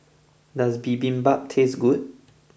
does Bibimbap taste good